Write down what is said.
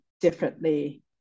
differently